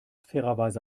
fairerweise